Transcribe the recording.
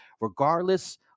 Regardless